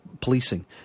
policing